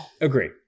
Agree